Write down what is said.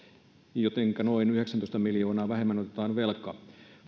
jotenka noin yhdeksäntoista miljoonaa vähemmän otetaan velkaa